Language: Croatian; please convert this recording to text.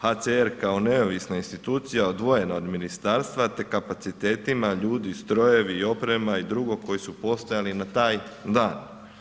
HCR kao neovisna institucija odvojena od ministarstva te kapacitetima, ljudi, strojevi i oprema i drugo, koji su postojali na taj dan.